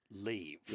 leave